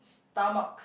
stomach